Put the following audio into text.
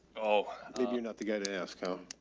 oh, you're not the guy to ask how?